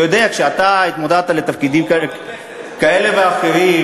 אתה יודע, כשאתה התמודדת לתפקידים כאלה ואחרים,